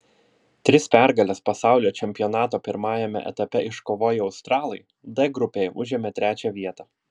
tris pergales pasaulio čempionato pirmajame etape iškovoję australai d grupėje užėmė trečią vietą